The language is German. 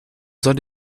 soll